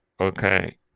okay